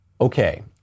Okay